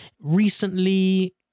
recently